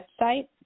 website